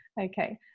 Okay